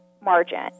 margin